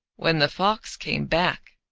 when the fox came back,